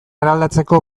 eraldatzeko